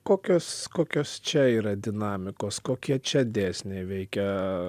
kokios kokios čia yra dinamikos kokie čia dėsniai veikia